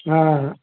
ಹಾಂ ಹಾಂ